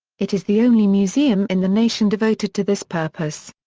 it is the only museum in the nation devoted to this purpose.